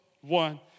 one